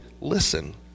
listen